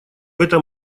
этом